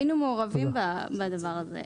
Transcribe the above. היינו מעורבים בדבר הזה.